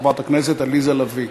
חברת הכנסת עליזה לביא.